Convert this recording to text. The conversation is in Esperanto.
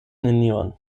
nenion